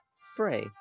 Frey